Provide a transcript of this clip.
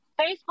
Facebook